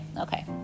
Okay